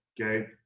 Okay